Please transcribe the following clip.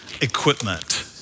equipment